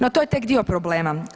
No to je tek dio problema.